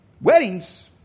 Weddings